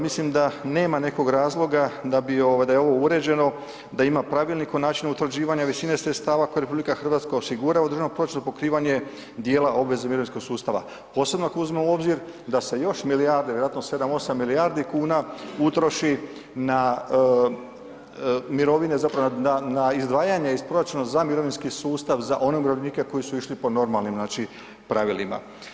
Mislim da nema nekog razloga da bi ovo, da je ovo uređeno, da ima Pravilnik o načinu utvrđivanja visine sredstava koje je RH osigura u državnom proračunu pokrivanje dijela obveze mirovinskog sustava, posebno ako uzmemo u obzir da se još milijarde, vjerojatno 7-8 milijardi kuna utroši na mirovine zapravo na izdvajanje iz proračuna za mirovinski sustav za one umirovljenike koji su išli po normalnim znači pravilima.